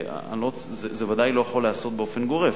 זה בוודאי לא יכול להיעשות באופן גורף,